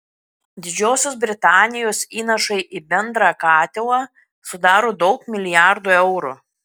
didžiosios britanijos įnašai į bendrą katilą sudaro daug milijardų eurų